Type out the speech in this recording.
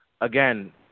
Again